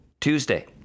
tuesday